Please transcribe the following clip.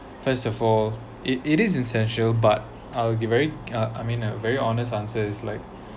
first of all it it is essential but I'll be very uh I mean uh very honest answer is like